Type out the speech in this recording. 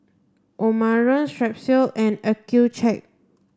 Omron Strepsils and Accucheck